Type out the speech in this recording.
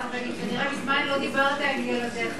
מזמן כנראה לא דיברת עם ילדיך.